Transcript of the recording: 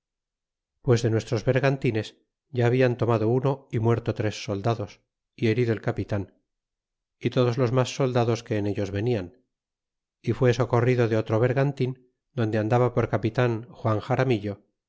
pues de nuestros bergantines ya habian tomado uno é muerto tres soldados y herido el capitan y todos los mas soldados que en ellos venian y fue socorrido de otro bergantin donde andaba por capitan juan xaramillo